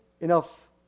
enough